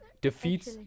defeats